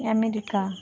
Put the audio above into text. America